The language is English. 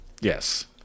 yes